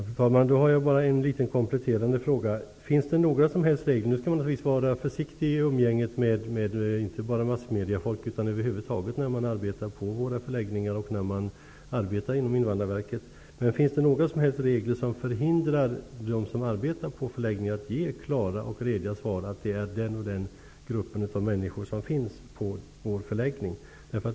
Fru talman! Jag har bara en liten kompletterande fråga. Naturligtvis skall man inte bara vid umgänget med massmediefolket utan över huvud taget vara försiktig när man arbetar vid flyktingförläggningar eller inom Invandrarverket. Men jag undrar om det finns några som helst regler som förhindrar dem som arbetar vid förläggningar att ge klara och rediga svar, dvs. att den och den gruppen människor finns på förläggningen.